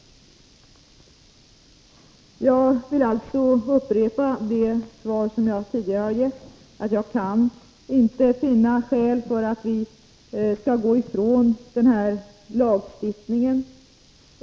lagen Jag vill därför upprepa mitt tidigare svar, nämligen att jag inte kan finna skäl för att vi skall gå ifrån den här lagstiftningen.